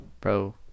Bro